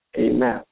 Amen